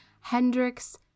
Hendrix